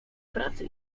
pracy